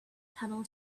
tunnel